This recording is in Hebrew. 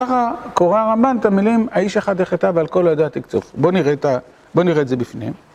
ככה קורא רמב"ן את המילים האיש אחד יחטא ועל כל העדה תקצוף. בוא נראה את זה בפנים.